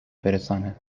برساند